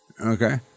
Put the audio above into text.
Okay